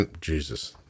Jesus